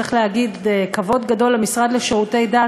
צריך לתת כבוד גדול למשרד לשירותי דת,